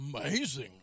Amazing